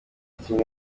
kimwe